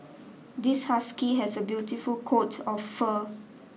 this husky has a beautiful coat of fur